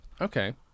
Okay